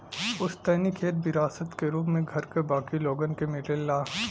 पुस्तैनी खेत विरासत क रूप में घर क बाकी लोगन के मिलेला